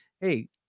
Hey